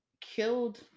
killed